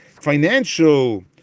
financial